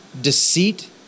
deceit